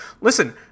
Listen